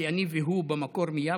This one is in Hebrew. כי אני והוא במקור מיפו,